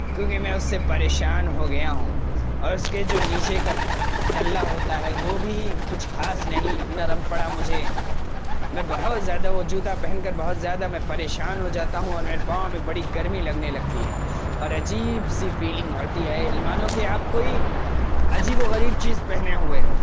کیونکہ میں اس سے پریشان ہو گیا ہوں اور اس کے جو نیچے کا تلا ہوتا وہ بھی کچھ خاص نہیں نرم پڑا مجھے میں بہت زیادہ وہ جوتا پہن کر بہت زیادہ میں پریشان ہو جاتا ہوں اور میرے پاؤں میں بڑی گرمی لگنے لگتی ہے اور عجیب سی فیلنگ ہوتی ہے مانو کہ آپ کوئی عجیب و غریب چیز پہنے ہوئے ہو